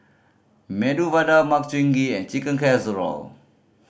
Medu Vada Makchang Gui and Chicken Casserole